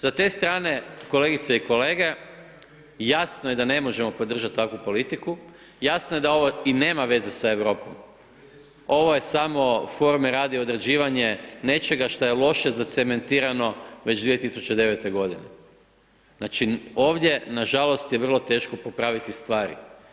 Sa te strane, kolegice i kolege, jasno je da ne možemo podržati takvu politiku, jasno je da ovo i nema veze sa Europom, ovo je samo forme radi, određivanje nečega što je loše zacementirano već 2009. g. Znači, ovdje nažalost, je vrlo teško popraviti stvari.